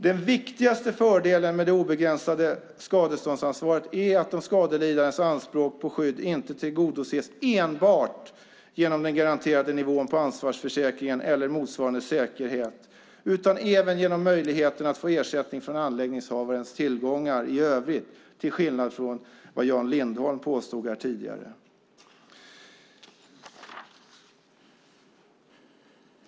Den viktigaste fördelen med det obegränsade skadeståndsansvaret är att de skadelidandes anspråk på skydd inte tillgodoses enbart genom den garanterade nivån på ansvarsförsäkringen eller motsvarande säkerhet utan även genom möjligheten att få ersättning från anläggningshavarens tillgångar i övrigt, till skillnad från vad Jan Lindholm påstod här tidigare.